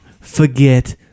forget